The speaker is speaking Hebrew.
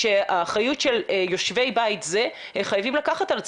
שהאחריות היא של יושבי בית זה והם חייבים לקחת על עצמם,